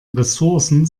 ressourcen